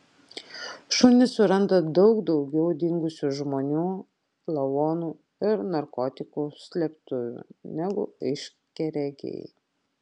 šunys suranda daug daugiau dingusių žmonių lavonų ir narkotikų slėptuvių negu aiškiaregiai